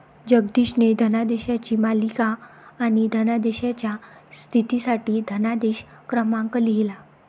जगदीशने धनादेशांची मालिका आणि धनादेशाच्या स्थितीसाठी धनादेश क्रमांक लिहिला